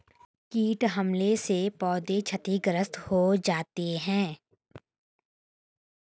कीट हमले से पौधे क्षतिग्रस्त हो जाते है